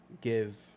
give